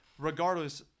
Regardless